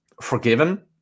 forgiven